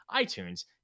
iTunes